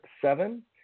seven